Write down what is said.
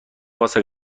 واسه